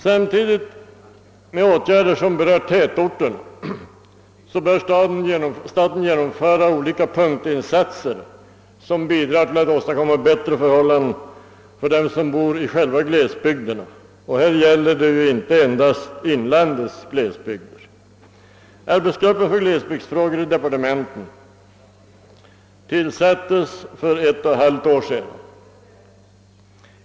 Samtidigt med åtgärder som berör tätorter bör staten genomföra olika punktinsatser som bidrar till att åstadkomma bättre förhållanden för dem som bor i själva glesbygderna, och det gäller då inte endast inlandets glesbygder. Den arbetsgrupp för glesbygdsfrågor som tillsatts inom Kungl. Maj:ts kansli har nu arbetat ett och ett halvt år.